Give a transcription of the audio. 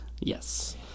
Yes